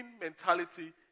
mentality